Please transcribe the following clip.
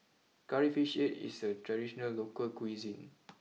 Curry Fish Head is a traditional local cuisine